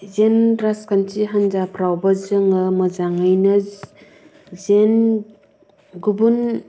जेन राजखान्थि हानजाफ्रावबो जोङो मोजाङैनो जेन गुबुन